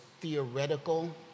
theoretical